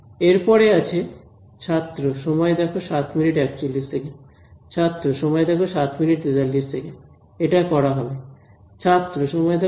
এরপরে আছে এটা করা হবে